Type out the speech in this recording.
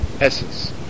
essence